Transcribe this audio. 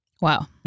Wow